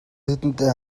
тэдэнтэй